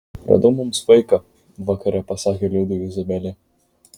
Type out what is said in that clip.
radau mums vaiką vakare pasakė liudui izabelė